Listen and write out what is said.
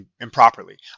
improperly